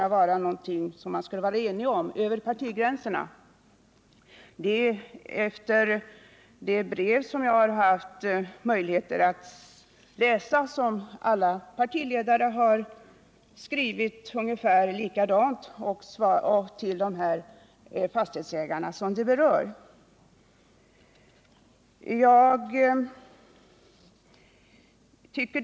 Jag är förvånad, eftersom jag — inte minst mot bakgrund av vad som framkommit i de brev som partiledarna skrivit till de berörda fastighetsägarna och som varit av ungefär samma innehåll — trodde att man skulle kunna ena sig iden här frågan över partigränserna.